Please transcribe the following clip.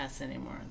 anymore